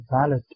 valid